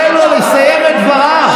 תן לו לסיים את דבריו.